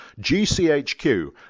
GCHQ